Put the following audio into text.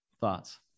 thoughts